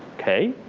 ok.